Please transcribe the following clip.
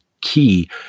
key